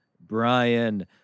Brian